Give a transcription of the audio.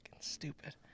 stupid